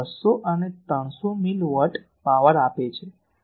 તેઓ 200 અને 300 milliwatt power આપે છે